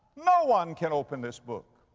no one can open this book.